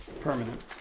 permanent